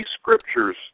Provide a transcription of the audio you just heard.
scriptures